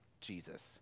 Jesus